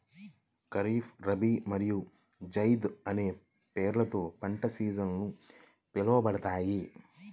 ఖరీఫ్, రబీ మరియు జైద్ అనే పేర్లతో పంట సీజన్లు పిలవబడతాయి